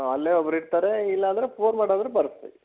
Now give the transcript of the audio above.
ಹಾಂ ಅಲ್ಲೆ ಒಬ್ರು ಇರ್ತಾರೆ ಇಲ್ಲಂದ್ರೆ ಫೋನ್ ಮಾಡಿ ಆದರು ಬರ್ಸಿ ರೀ